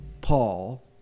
Paul